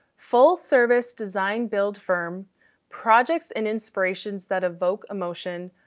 full service design build firm projects and inspirations that evoke emotion.